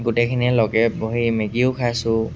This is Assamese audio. গোটেইখিনিয়ে লগে বহি মেগীও খাইছোঁ